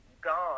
gone